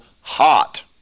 hot